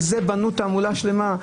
על זה בנו תעמולה שלמה.